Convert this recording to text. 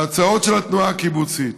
ההצעות של התנועה הקיבוצית